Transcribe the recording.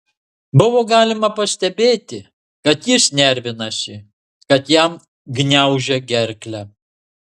buvo galima pastebėti kad jis nervinasi kad jam gniaužia gerklę